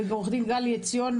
עורכת דין גלי עציון,